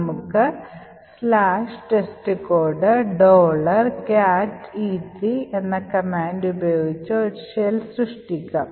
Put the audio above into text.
നമുക്ക് testcode എന്ന command ഉപയോഗിച്ച് ഒരു ഷെൽ സൃഷ്ടിക്കാം